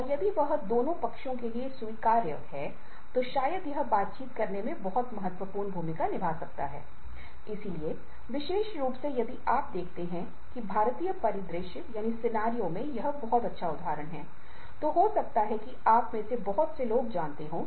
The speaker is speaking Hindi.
उसे पदोन्नति प्रमोशन Promotion मिलेगा वेतन मिलेगा और जमीकरन होता है एक ही समय में आप पाएंगे कि वर्तमान परिदृश्य में काम करने वाले शराबी हैं जो काम करने के लिए अधिक समय देते हैं